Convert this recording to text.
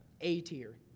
A-tier